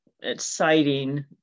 exciting